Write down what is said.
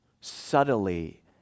subtly